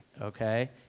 okay